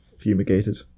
fumigated